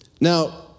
Now